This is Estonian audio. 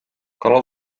kala